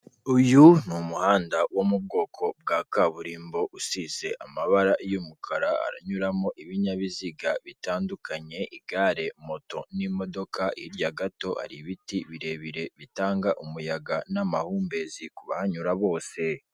Uyu ni umuhanda wo mu bwoko bwa kaburimbo usize amabara y'umukara, haranyuramo ibinyabiziga bitandukanye igare, moto n'imodoka, hirya gato hari ibiti birebire bitanga umuyaga n'amahumbezi ku bahanyura bose.